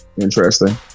Interesting